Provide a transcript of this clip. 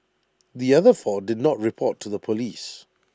the other four did not report to Police